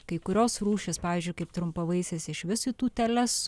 kai kurios rūšys pavyzdžiui kaip trumpavaisės išvis į tūteles